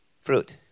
fruit